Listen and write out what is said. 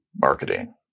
marketing